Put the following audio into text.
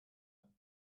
and